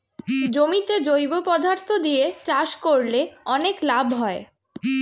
জমিতে জৈব পদার্থ দিয়ে চাষ করলে অনেক লাভ হয়